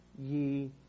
ye